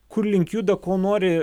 kur link juda ko nori